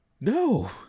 No